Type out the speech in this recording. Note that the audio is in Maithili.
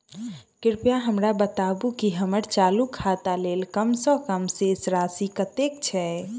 कृपया हमरा बताबू की हम्मर चालू खाता लेल कम सँ कम शेष राशि कतेक छै?